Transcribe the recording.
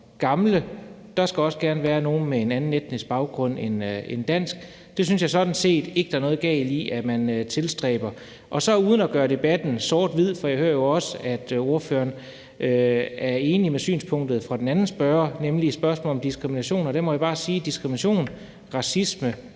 der skal også gerne være nogen med en anden etnisk baggrund end dansk. Det synes jeg sådan set ikke der er noget galt i at man tilstræber. Jeg hører jo også, at ordføreren er enig i synspunktet fra den anden spørger, nemlig i spørgsmålet om diskrimination. Der må jeg bare sige, at diskrimination, racisme,